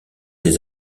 des